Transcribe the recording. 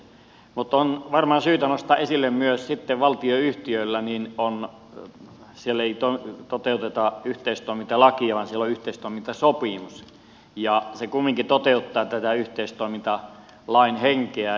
mutta on varmaan syytä nostaa esille sitten myös se että valtionyhtiöissä ei toteuteta yhteistoimintalakia vaan siellä on yhteistoimintasopimus ja se kumminkin toteuttaa tätä yhteistoimintalain henkeä